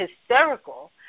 hysterical